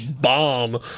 bomb